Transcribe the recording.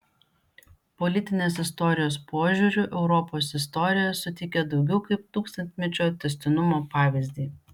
politinės istorijos požiūriu europos istorija suteikia daugiau kaip tūkstantmečio tęstinumo pavyzdį